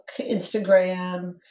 Instagram